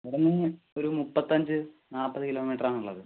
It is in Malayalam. ഇവിടുന്ന് ഒരു മുപ്പത്തഞ്ച് നാൽപ്പത് കിലോമീറ്റർ ആണുള്ളത്